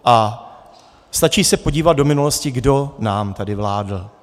A stačí se podívat do minulosti, kdo nám tady vládl.